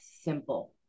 simple